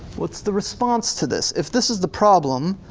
what's the response to this? if this is the problem,